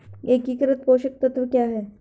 एकीकृत पोषक तत्व क्या है?